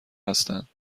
هستند